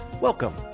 Welcome